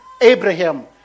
Abraham